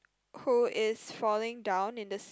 who is falling down in the